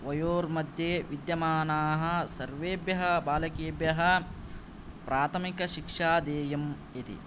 वर्योमध्ये विद्यमानाः सर्वेभ्यः बालकेभ्यः प्राथमिक शिक्षा देयम् इति